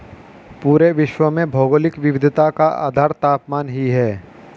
पूरे विश्व में भौगोलिक विविधता का आधार तापमान ही है